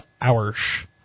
hours